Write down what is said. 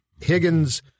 Higgins